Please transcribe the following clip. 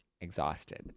exhausted